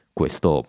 questo